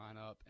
lineup